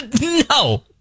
No